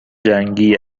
جنگی